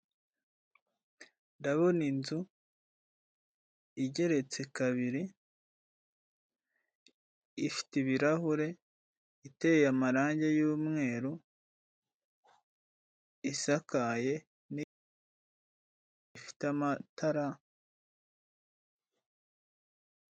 Ndabona inzu igeretse kabiri ifite ibirahure iteye amarange y'umweru, isakaye, ifite amatara.